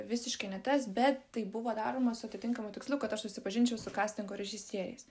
visiškai ne tas bet tai buvo daroma su atitinkamu tikslu kad aš susipažinčiau su kastingo režisieriais